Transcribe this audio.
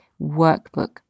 workbook